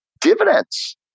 dividends